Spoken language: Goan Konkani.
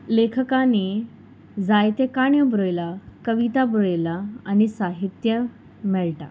लेखकांनी जायते काणयो बरयला कविता बरयला आनी साहित्य मेळटा